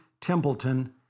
Templeton